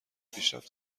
پیشرفت